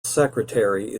secretary